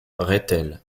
rethel